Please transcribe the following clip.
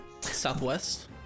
Southwest